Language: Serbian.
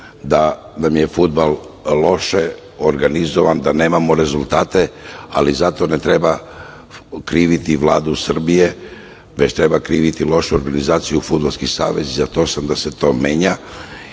da nam je fudbal loše organizovan, da nemamo rezultate, ali zato ne treba kriviti Vladu Srbije, već treba kriviti za lošu organizaciju Fudbalski savez i za to sam da se to menja